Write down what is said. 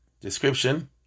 description